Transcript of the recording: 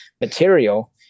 material